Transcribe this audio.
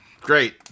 Great